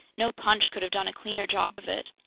no punch could have done a cleaner job of it.